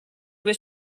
was